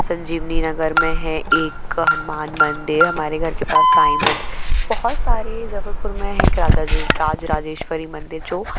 संजीवनी नगर में है एक हनुमान मंदिर हमारे घर के पास साईं मंदिर बहुत सारे जबलपुर में है एक राजा जी राजराजेश्वरी मंदिर जो